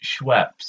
Schweppes